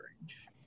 range